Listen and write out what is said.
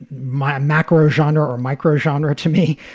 my macro genre or micro shondra to me.